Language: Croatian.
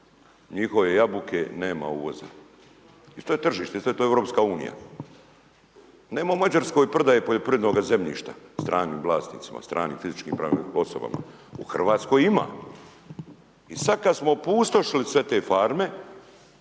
njihove jabuke nema uvoza. I to je tržište. To je ta EU. Nema u Mađarskoj prodaje poljoprivrednog zemljišta stranim vlasnicima, stranim fizičkim i pravnim osobama. U RH ima. I sad kad smo opustošili sve te farme